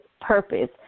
purpose